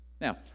Now